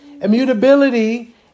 immutability